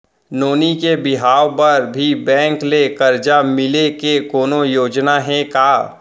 नोनी के बिहाव बर भी बैंक ले करजा मिले के कोनो योजना हे का?